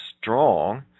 strong